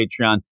Patreon